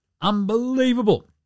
Unbelievable